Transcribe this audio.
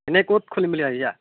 এনেই ক'ত খুলিম বুলি ভাবিছা